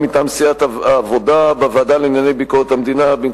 לענייני ביקורת המדינה: מטעם סיעת העבודה,